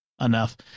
Enough